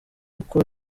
uko